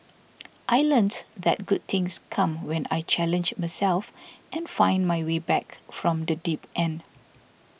I learnt that good things come when I challenge myself and find my way back from the deep end